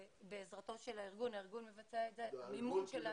בעזרתו של הארגון, הארגון מבצע את זה במימון שלנו.